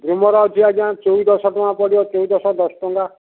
Gromor ଅଛି ଆଜ୍ଞା ଚଉଦଶହ ଦଶ ଟଙ୍କା ପଡ଼ିବ ଚଉଦଶହ ଦଶ ଟଙ୍କା